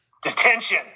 Detention